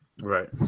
Right